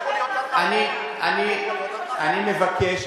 אני מבקש,